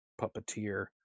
Puppeteer